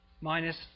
minus